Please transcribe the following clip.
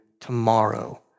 tomorrow